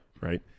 Right